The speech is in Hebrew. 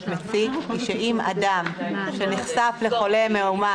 אנחנו לא מדברים על אדם שחלה עליו